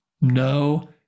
No